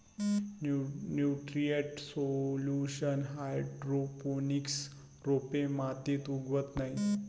nutrient solution hydroponics रोपे मातीत उगवत नाहीत